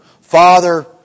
Father